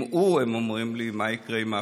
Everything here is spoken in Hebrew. אם הוא, הם אומרים לי, מה יקרה עם האחרים?